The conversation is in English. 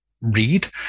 read